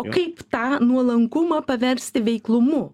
o kaip tą nuolankumą paversti veiklumu